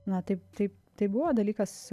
na taip taip tai buvo dalykas